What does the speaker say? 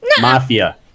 Mafia